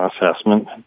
assessment